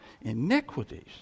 iniquities